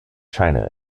china